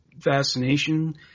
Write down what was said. fascination